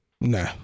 Nah